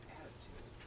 attitude